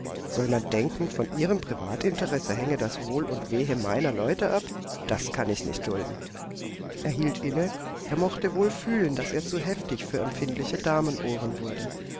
soll man denken von ihrem privatinteresse hänge das wohl und wehe meiner leute ab das kann ich nicht dulden er hielt inne er mochte wohl fühlen daß er zu heftig für empfindliche damenohren wurde